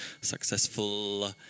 successful